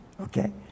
okay